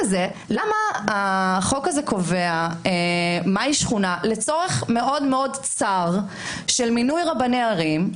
למה החוק הזה קובע מה היא שכונה לצורך מאוד מאוד צר של מינוי רבני ערים?